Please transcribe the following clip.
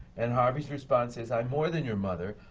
and harvey's response is, i'm more than your mother.